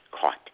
caught